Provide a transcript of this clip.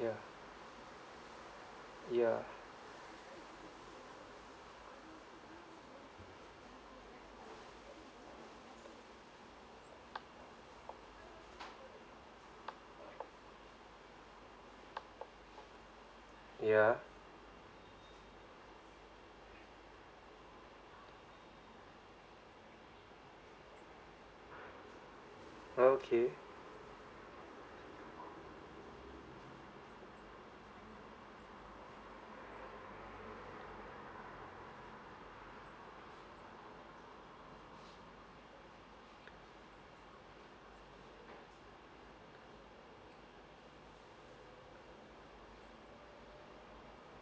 ya ya ya okay